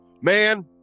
Man